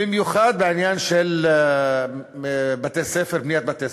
במיוחד בעניין של בניית בתי-ספר.